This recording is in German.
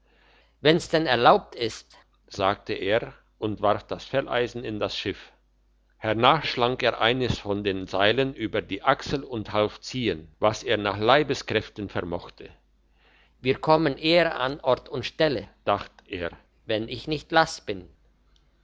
wenn's denn erlaubt ist sagte er und warf das felleisen in das schiff hernach schlang er eins von den seilern über die achsel und half ziehen was er nach leibeskräften vermochte wir kommen eher an ort und stelle dacht er wenn ich nicht lass bin